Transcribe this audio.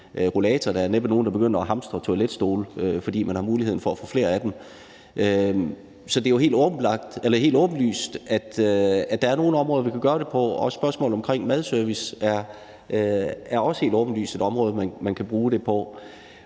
der er næppe nogen, der begynder at hamstre toiletstole, fordi man har mulighed for at få flere af dem. Så det er jo helt åbenlyst, at der er nogle områder, hvor vi kan gøre det. Madservice er også et helt åbenlyst område, hvor det kan